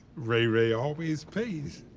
ray ray always pays.